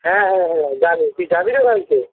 হ্যাঁ হ্যাঁ হ্যাঁ জানি তুই যাবি তো কালকে